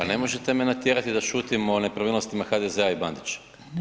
Pa ne možete me natjerati da šutim o nepravilnostima HDZ-a i Bandića.